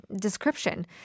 description